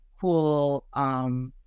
cool